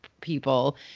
people